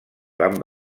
van